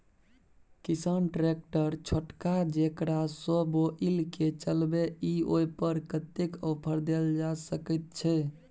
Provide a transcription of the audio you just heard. किसान ट्रैक्टर छोटका जेकरा सौ बुईल के चलबे इ ओय पर कतेक ऑफर दैल जा सकेत छै?